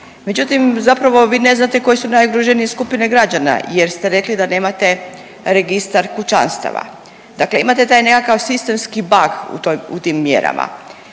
međutim zapravo vi ne znate koje su najugroženije skupine građana jer ste rekli da nemate registar kućanstava, dakle imate taj nekakav sistemski … u tim mjerama.